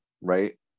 right